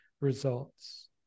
results